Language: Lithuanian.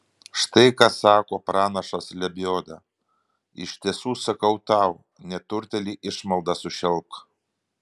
štai ką sako pranašas lebioda iš tiesų sakau tau neturtėlį išmalda sušelpk